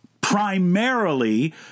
primarily